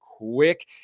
quick